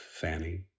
Fanny